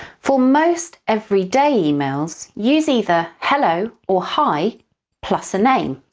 for most everyday emails, use either hello or hi plus a name.